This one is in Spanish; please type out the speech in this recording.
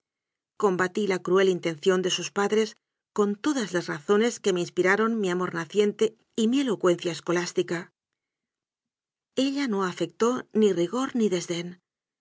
combatí la cruel intención de sus padres con todas las razones que me inspi raron mi amor naciente y mi elocuencia escolás tica ella no afectó ni rigor ni desdén